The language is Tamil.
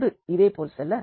தொடர்ந்து இதே போல் செல்க